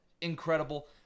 Incredible